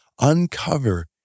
uncover